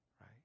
right